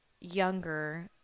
younger